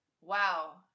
wow